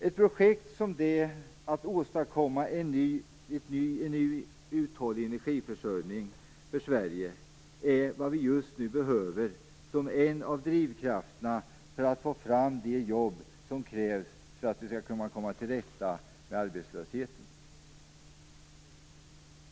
Ett projekt som det att åstadkomma en ny uthållig energiförsöjning för Sverige är vad vi just nu behöver som en av drivkrafterna för att få fram de jobb som krävs för att vi skall kunna komma till rätta med arbetslösheten.